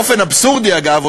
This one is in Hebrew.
באופן אבסורדי אגב,